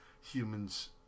humans